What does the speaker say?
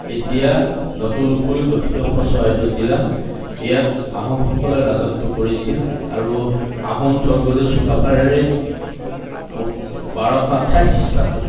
তেতিয়া নতুনকৈ গঠিত চৰাইদেউ জিলা ইয়াত আহোমসকলে ৰাজত্ব কৰিছিল আৰু আহোম স্বৰ্গদেউ চুকাফাৰে বাৰশ আঠাইছ খ্ৰীষ্টাব্দত